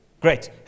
Great